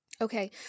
Okay